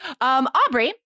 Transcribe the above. Aubrey